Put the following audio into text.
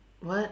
what